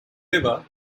river